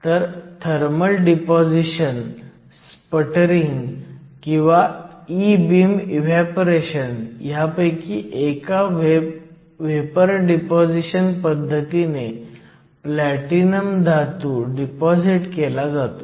म्हणूनच आपण मूलत pn जंक्शनला रेक्टिफायर म्हणतो कारण ते फॉरवर्ड बायस दरम्यान खूप चांगले चालते आणि रिव्हर्स बायस्ड करंट खूपच लहान असतो